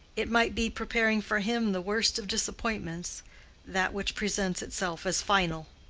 it might be preparing for him the worst of disappointments that which presents itself as final.